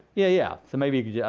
yeah yeah, so maybe you could, yeah